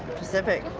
pacific.